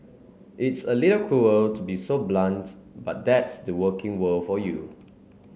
it's a little cruel to be so blunt but that's the working world for you